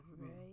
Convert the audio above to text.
right